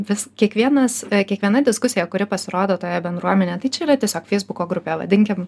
vis kiekvienas kiekviena diskusija kuri pasirodo toje bendruomenėje tai čia yra tiesiog feisbuko grupė vadinkim